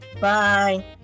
Bye